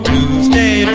Tuesday